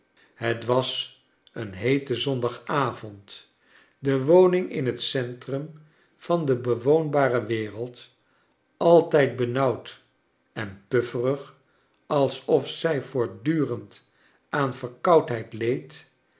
het was een heete zondagavond de woning in het centrum van de bewoonbare wereld altijd benauwd en pufferig alsof zij voortdurend aan verkoudheid leed